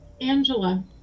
Angela